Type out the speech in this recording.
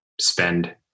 spend